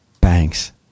Banks